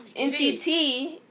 NCT